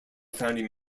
founding